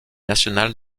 national